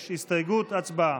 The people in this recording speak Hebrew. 6. הסתייגות, הצבעה.